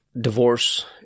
Divorce